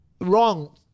wrong